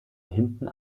hinten